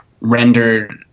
rendered